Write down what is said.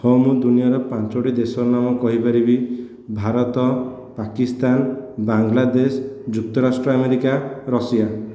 ହଁ ମୁଁ ଦୁନିଆଁର ପାଞ୍ଚୋଟି ଦେଶର ନାମ କହିପାରିବି ଭାରତ ପାକିସ୍ତାନ ବାଂଲାଦେଶ ଯୁକ୍ତରାଷ୍ଟ୍ର ଆମେରିକା ରଷିଆ